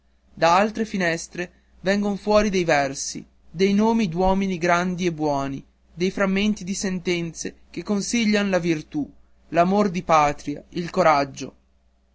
da altre finestre vengono fuori dei versi dei nomi d'uomini grandi e buoni dei frammenti di sentenze che consiglian la virtù l'amor di patria il coraggio